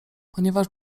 ponieważ